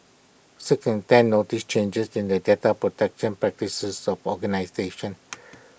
six in ten noticed changes in the data protection practices of organisations